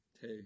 Hey